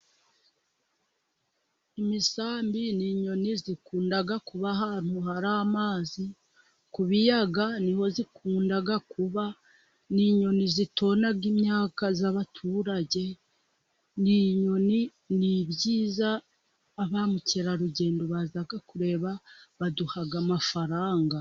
Imisambi ni inyoni zikunda kuba ahantu hari amazi ku biyaga niho zakunda kuba ni inyoni zitona imyaka y'abaturage. Ni inyoni ni ibyiza ba mukerarugendo baza kureba baduhaga amafaranga.